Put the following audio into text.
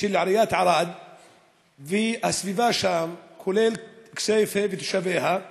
של עיריית ערד והסביבה שם, כולל כסייפה ותושביה,